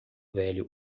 velho